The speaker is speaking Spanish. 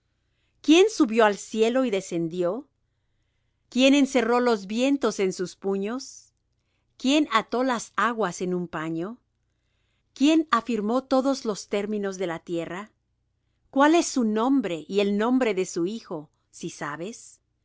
quién subió al cielo y descendió quién encerró los vientos en sus puños quién ató las aguas en un paño quién afirmó todos los términos de la tierra cuál es su nombre y el nombre de su hijo si sabes